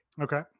Okay